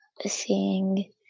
seeing